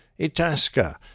Itasca